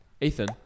ethan